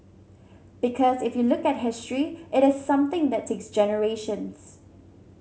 because if you look at history it is something that takes generations